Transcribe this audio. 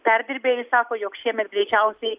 perdirbėjai sako jog šiemet greičiausiai